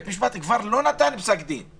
בית המשפט עוד לא נתן פסק דין,